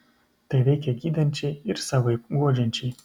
tai veikia gydančiai ir savaip guodžiančiai